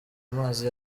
amazi